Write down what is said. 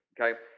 okay